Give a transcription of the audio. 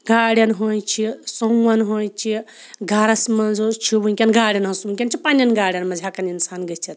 گاڑٮ۪ن ہٕنٛز چھِ سوموَن ہٕنٛز چھِ گَرَس منٛز حظ چھُ وٕنۍکٮ۪ن گاڑٮ۪ن ہٕنٛز وٕنۍکٮ۪ن چھِ پنٛںٮ۪ن گاڑٮ۪ن منٛز ہٮ۪کان اِنسان گٔژھِتھ